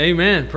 Amen